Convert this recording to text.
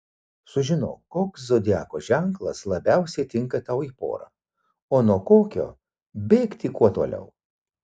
sužinok koks zodiako ženklas labiausiai tinka tau į porą o nuo kokio bėgti kuo toliau